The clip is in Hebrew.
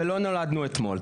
ולא נולדנו אתמול.